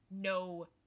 no